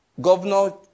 governor